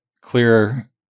clear